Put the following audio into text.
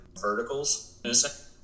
verticals